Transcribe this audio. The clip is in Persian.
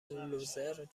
لوزر